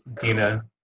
Dina